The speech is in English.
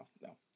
no